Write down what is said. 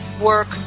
work